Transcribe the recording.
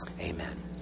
Amen